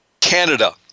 Canada